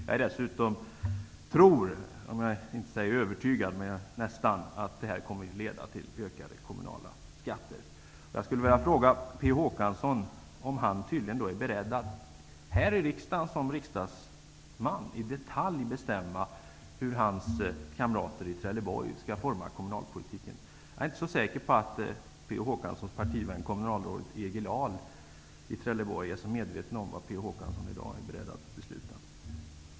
Jag är nästan övertygad om att det kommer att leda till höjda kommunala skatter. Jag skulle vilja fråga P O Håkansson om han är beredd att här i riksdagen, som riksdagsman, i detalj bestämma hur hans kamrater i Trelleborg skall forma kommunalpolitiken. Jag är inte så säker på att P O Håkanssons partivän kommunalrådet Egil Ahl i Trelleborg är medveten om vad P O Håkansson i dag är beredd att besluta om.